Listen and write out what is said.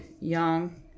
young